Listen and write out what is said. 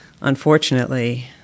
unfortunately